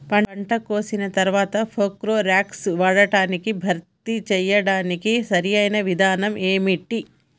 పంట కోసిన తర్వాత ప్రోక్లోరాక్స్ వాడకాన్ని భర్తీ చేయడానికి సరియైన విధానం ఏమిటి?